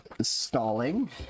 stalling